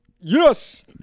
Yes